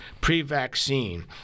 pre-vaccine